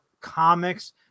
comics